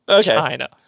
China